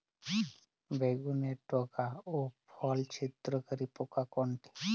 বেগুনের ডগা ও ফল ছিদ্রকারী পোকা কোনটা?